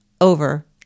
over